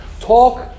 Talk